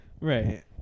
right